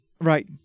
Right